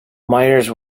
myers